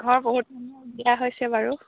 ঘৰ বহুত মানুহক দিয়া হৈছে বাৰু